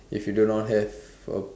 if you do not have a